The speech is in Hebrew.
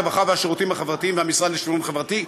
הרווחה והשירותים החברתיים והמשרד לשוויון חברתי,